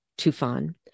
Tufan